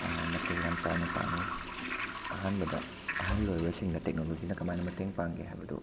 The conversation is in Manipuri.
ꯃꯇꯦꯡ ꯌꯥꯝ ꯆꯥꯎꯕ ꯄꯥꯡꯉꯤ ꯑꯍꯥꯟꯕꯗ ꯑꯍꯜ ꯑꯣꯏꯔꯕꯁꯤꯡꯗ ꯇꯦꯛꯅꯣꯂꯣꯖꯤꯅ ꯀꯃꯥꯏꯅ ꯃꯇꯦꯡ ꯄꯥꯡꯒꯦ ꯍꯥꯏꯕꯗꯨ